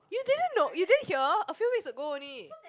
you didn't know you didn't hear a few weeks ago only